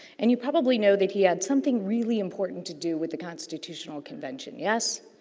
and, you probably know that he had something really important to do with the constitutional convention, yes.